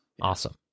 awesome